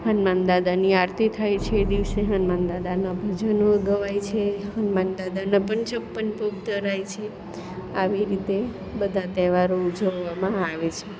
હનુમાન દાદાની આરતી થાય છે એ દિવસે હનુમાન દાદાનાં ભજનો ગવાય છે હનુમાન પણ છપ્પન ભોગ ધરાય છે આવી રીતે બધા તહેવારો ઉજવવામાં આવે છે